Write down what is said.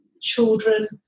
Children